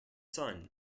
son